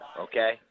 okay